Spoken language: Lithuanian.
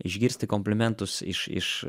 išgirsti komplimentus iš iš